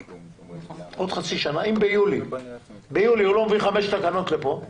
אם ביולי, ביולי הוא לא מביא חמש תקנות לפה,